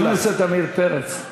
חבר הכנסת עמיר פרץ.